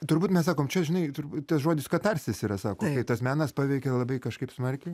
turbūt mes sakom čia žinai turbūt tas žodis katarsis yra sakom kai tas menas paveikia labai kažkaip smarkiai